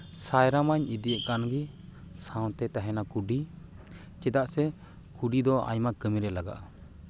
ᱥᱟᱭᱨᱟ ᱢᱟᱧ ᱤᱫᱤᱭᱮᱫ ᱠᱟᱱᱜᱮ ᱥᱟᱶᱛᱮ ᱛᱟᱦᱮᱱᱟ ᱠᱩᱰᱤ ᱪᱮᱫᱟᱜ ᱥᱮ ᱠᱩᱰᱤ ᱫᱚ ᱟᱭᱢᱟ ᱠᱟᱹᱢᱤᱨᱮ ᱞᱟᱜᱟᱜᱼᱟ